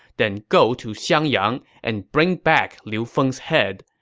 then go to xiangyang and bring back liu feng's head.